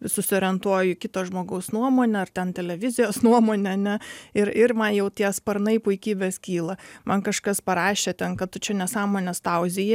susiorientuoji į kito žmogaus nuomonę ar ten televizijos nuomonę ane ir ir man jau tie sparnai puikybės kyla man kažkas parašė ten kad tu čia nesąmones tauziji